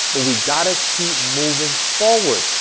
but we got to keep moving forward.